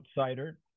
outsider